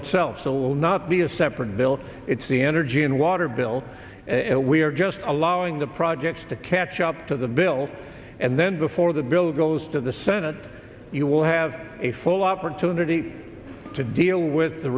itself will not be a separate bill it's the energy and water bill and we are just allowing the projects to catch up to the bill and then before the bill goes to the senate you will have a full opportunity to deal with the